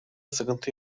sıkıntı